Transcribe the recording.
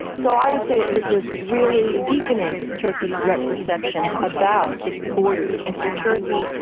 so i would say this was really deepening turkey's threat perceptions about its borders. and for turkey,